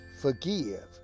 forgive